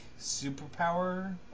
superpower